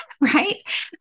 right